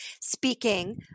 speaking